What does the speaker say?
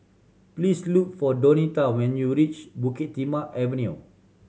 please look for Donita when you reach Bukit Timah Avenue